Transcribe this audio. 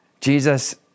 Jesus